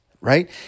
right